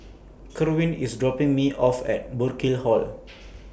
Kerwin IS dropping Me off At Burkill Hall